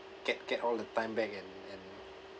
get get all the time back and and